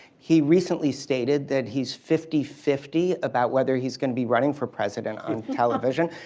he recently stated that he's fifty fifty about whether he's going to be running for president on television.